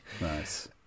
Nice